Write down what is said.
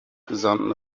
gesamten